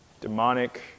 demonic